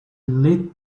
lit